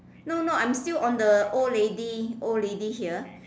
no no I'm still on the old lady old lady here